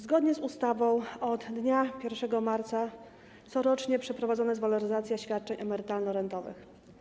Zgodnie z ustawą od dnia 1 marca corocznie przeprowadzana będzie waloryzacja świadczeń emerytalno-rentowych.